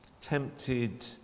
Tempted